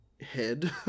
head